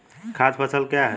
खाद्य फसल क्या है?